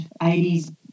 80s